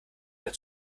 mehr